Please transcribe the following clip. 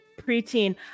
preteen